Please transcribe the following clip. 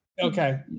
Okay